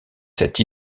cette